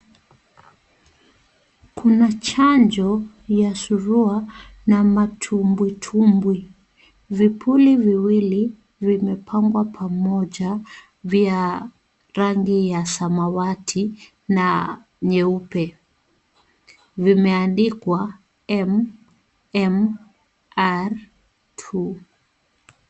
Kuna chanjo ya surua na matumbwi-tumbwi, vipuli viwili vimepangwa pamoja vya rangi ya samawati na nyeupe. Vimeandikuwa MMR2.